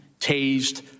tased